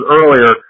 earlier